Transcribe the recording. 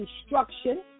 instruction